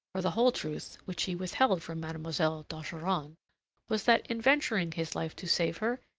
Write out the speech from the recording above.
for the whole truth, which he withheld from mademoiselle d'ogeron, was that in venturing his life to save her,